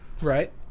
right